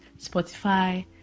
spotify